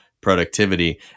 productivity